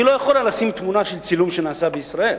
היא לא יכולה לשים תמונת צילום שצולמה בישראל,